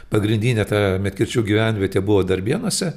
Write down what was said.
pagrindinė ta medkirčių gyvenvietė buvo darbėnuose